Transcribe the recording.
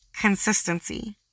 consistency